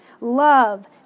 love